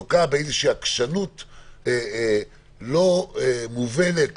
היא לוקה באיזו עקשנות לא מובנת,